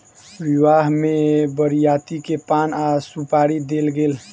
विवाह में बरियाती के पान आ सुपारी देल गेल